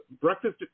Breakfast